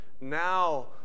Now